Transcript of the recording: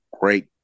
great